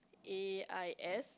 A I S